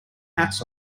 hats